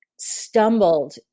stumbled